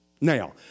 Now